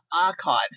archives